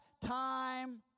time